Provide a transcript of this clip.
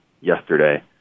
yesterday